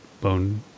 Bone